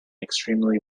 extremely